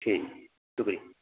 ٹھیک شکریہ